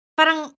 parang